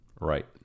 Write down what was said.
Right